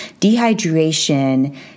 Dehydration